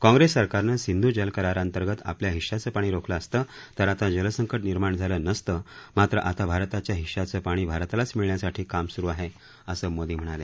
काँग्रेस सरकारनं सिंधू जल कराराअंतर्गत आपल्या हिश्शाचं पाणी रोखलं असतं तर आता जलसंकट निर्माण झालं नसतं मात्र आता भारताच्या हिश्श्याचं पाणी भारतालाच मिळण्यासाठी काम स्रु आहे असं मोदी म्हणाले